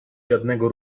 żadnego